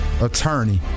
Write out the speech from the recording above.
Attorney